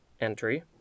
entry